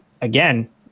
again